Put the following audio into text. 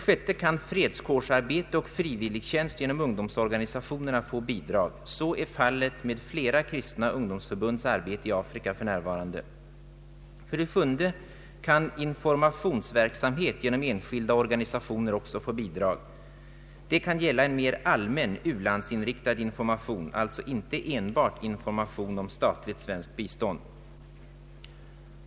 6) Fredskårsarbete och frivilligtjänst genom ungdomsorganisationerna kan få bidrag. Så är fallet med flera kristna ungdomsförbunds arbete i Afrika för närvarande. 7) Informationsverksamhet genom enskilda organisationer kan också få bidrag. Detta kan gälla en mer allmän, u-landsinriktad information, alltså inte enbart information om <statligt svenskt bistånd.